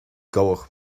gabhadh